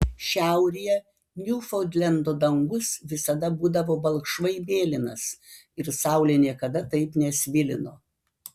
šiaurėje niufaundlendo dangus visada būdavo balkšvai mėlynas ir saulė niekada taip nesvilino